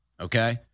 okay